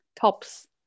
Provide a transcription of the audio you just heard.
tops